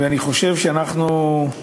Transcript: בוודאי, בוודאי.